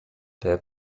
der